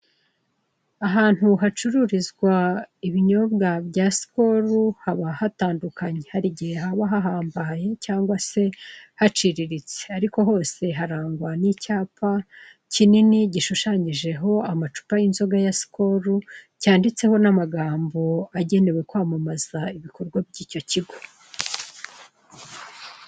Ahantu hacururizwa ibinyobwa bya sikoru haba hatandukanye. Hari igihe haba hahambaye cyangwa se haciriritse. Ariko hose harangwa n'icyapa kinini gishushanyijeho amacupa y'inzoga ya sikoru cyanditseho n'amagambo agenewe kwamamaza ibikorwa by'icyo kigo.